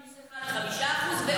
זה היה אחד פלוס אחד,